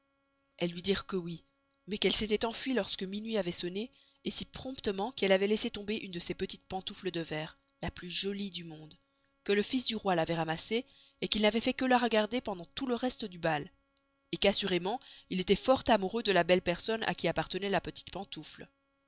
elles luy dirent que oüy mais qu'elle s'estoit enfuye lorsque minuit avoit sonné si promptement qu'elle avoit laissé tomber une de ses petites pantoufles de verre la plus jolie du monde que le fils du roy l'avoit ramassée qu'il n'avoit fait que la regarder pendant tout le reste du bal qu'assurément il estoit fort amoureux de la belle personne à qui appartenoit la petite pentoufle